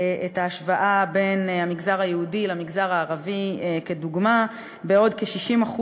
את ההשוואה בין המגזר היהודי למגזר הערבי כדוגמה: כ-60%